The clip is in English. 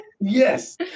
Yes